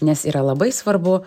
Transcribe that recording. nes yra labai svarbu